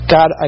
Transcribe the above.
God